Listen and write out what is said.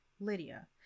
Lydia